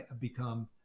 become